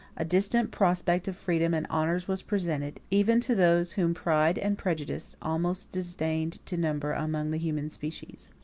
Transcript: a distant prospect of freedom and honors was presented, even to those whom pride and prejudice almost disdained to number among the human species.